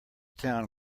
town